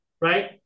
right